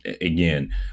Again